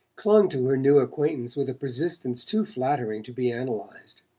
clung to her new acquaintance with a persistence too flattering to be analyzed.